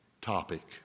topic